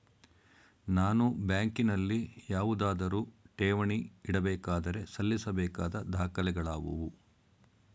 ನಾನು ಬ್ಯಾಂಕಿನಲ್ಲಿ ಯಾವುದಾದರು ಠೇವಣಿ ಇಡಬೇಕಾದರೆ ಸಲ್ಲಿಸಬೇಕಾದ ದಾಖಲೆಗಳಾವವು?